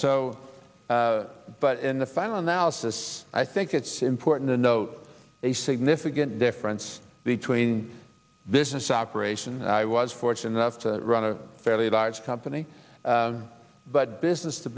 so but in the final analysis i think it's important to note a significant difference between this is operation i was fortunate enough to run a fairly large company but business t